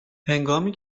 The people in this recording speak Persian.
هنگامی